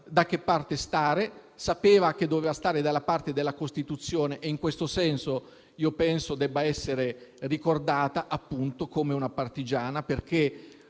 da che parte stare; sapeva che doveva stare dalla parte della Costituzione e in questo senso penso debba essere ricordata, appunto, come una partigiana. Perché